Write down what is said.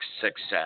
success